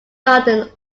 london